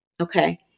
Okay